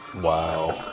Wow